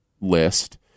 list